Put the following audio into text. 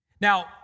Now